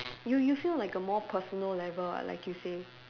you you feel like a more personal level like you say